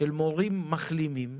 בשל מורים חולים ומחלימים.